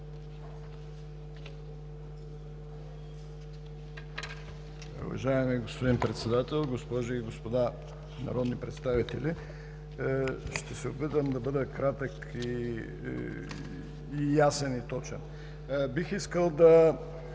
Уважаеми господин Председател, госпожи и господа народни представители! Ще се опитам да бъда кратък, ясен и точен. Бих искал да